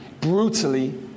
Brutally